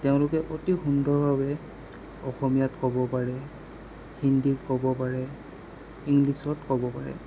তেওঁলোকে অতি সুন্দৰভাৱে অসমীয়াত ক'ব পাৰে হিন্দীত ক'ব পাৰে ইংলিছত ক'ব পাৰে